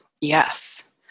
Yes